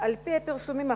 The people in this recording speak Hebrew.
על-פי הפרסומים האחרונים,